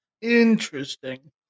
Interesting